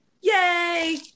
Yay